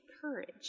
courage